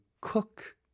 cook